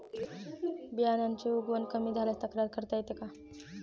बियाण्यांची उगवण कमी झाल्यास तक्रार करता येते का?